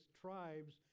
tribes